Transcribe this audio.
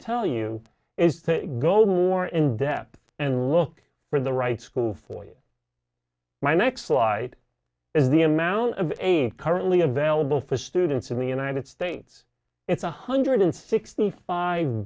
tell you is to go more in depth and look for the right school for you my next flight is the amount of aid currently available for students in the united states it's one hundred sixty five